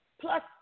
plus